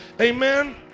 Amen